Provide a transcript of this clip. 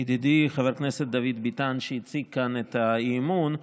ידידי חבר הכנסת דוד ביטן שהציג כאן את האי-אמון.